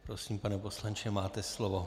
Prosím, pane poslanče, máte slovo.